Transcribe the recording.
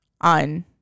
on